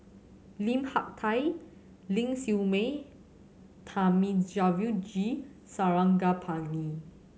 Lim Hak Tai Ling Siew May Thamizhavel G Sarangapani